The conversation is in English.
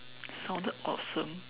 sounded awesome